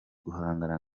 guhangana